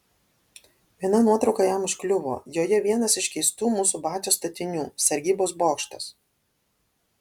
viena nuotrauka jam užkliuvo joje vienas iš keistų mūsų batios statinių sargybos bokštas